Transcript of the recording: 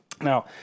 Now